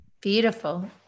beautiful